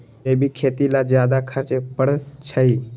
जैविक खेती ला ज्यादा खर्च पड़छई?